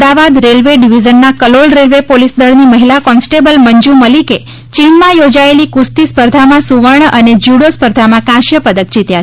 Ahmedabad railway ડીવીઝનના Kalol railway police દળની મહિલા કોન્સ્ટેબલ મંજૂ મલિકે ચીનમાં યોજાયેલી કુસ્તી સ્પર્ધામાં સુવર્ણ અને જ્યુડો સ્પર્ધામાં કાંસ્ય પદક જીત્યા છે